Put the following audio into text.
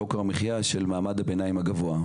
יוקר המחיה של מעמד הביניים הגבוה,